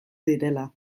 direla